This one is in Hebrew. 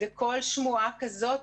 וכל שמועה כזאת,